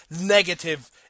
negative